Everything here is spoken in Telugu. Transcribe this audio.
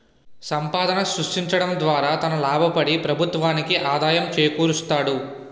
సంపాదన సృష్టించడం ద్వారా తన లాభపడి ప్రభుత్వానికి ఆదాయం చేకూరుస్తాడు